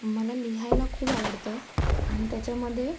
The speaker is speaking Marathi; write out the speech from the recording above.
मला लिहायला खूप आवडतं आणि त्याच्यामध्ये